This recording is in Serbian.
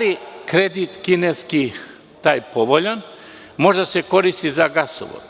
li kredit kineski jeste povoljan? Može da se koristi za gasovo.